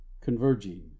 converging